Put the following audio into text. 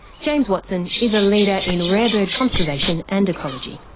james watson is a leader in rare bird conservation and ecology.